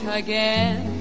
again